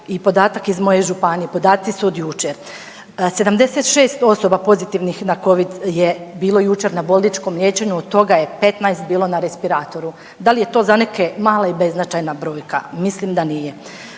i podatak iz moje županije, podaci su od jučer. 76 osoba pozitivnih na Covid je bilo jučer na bolničkom liječenju od toga je 15 bilo na respiratoru, da li je to za neke mala i beznačajna brojka, mislim da nije.